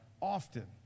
often